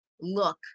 look